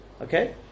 okay